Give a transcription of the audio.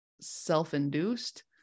self-induced